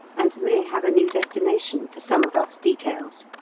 and may have a new destination for some of us details.